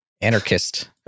anarchist